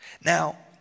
Now